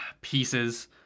pieces